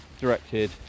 directed